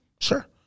Sure